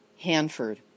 Hanford